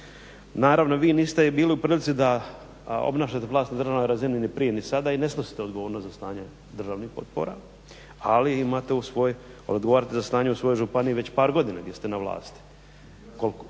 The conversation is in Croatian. Naravno vi niste bili u prilici da obnašate vlast na državnoj razini ni prije i sada ni ne snosite odgovornost za stanje državnih potpora ali imate u svojoj, odgovarate za stanje u svojoj županiji već par godina gdje ste na vlasti. Koliko